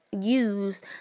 use